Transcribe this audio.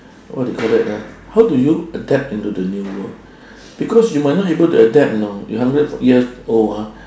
what do you call that ah how do you adapt into the new world because you might not able to adapt know you hundred years old ah